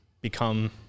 become